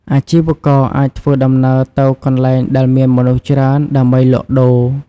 អាជីវករអាចធ្វើដំណើរទៅកន្លែងដែលមានមនុស្សច្រើន ដើម្បីលក់ដូរ។